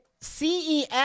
CES